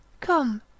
Come